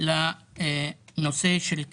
הוא רק חותם שהוא מבקש את מעמדו של תושב חוזר.